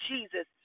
Jesus